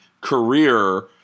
career